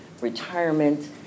retirement